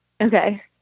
Okay